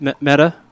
Meta